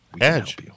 Edge